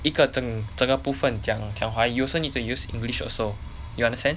一个整整个部分讲讲华语 you also need to use english also you understand